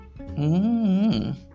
Mmm